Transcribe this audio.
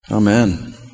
Amen